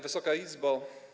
Wysoka Izbo!